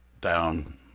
down